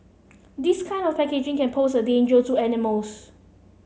this kind of packaging can pose a danger to animals